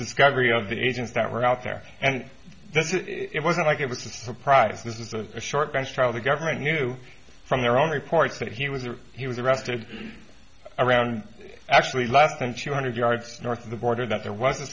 discovery of the agents that were out there and this is it wasn't like it was a surprise this is a short bench trial the government knew from their own reports that he was there he was arrested around actually less than two hundred yards north of the border that there was a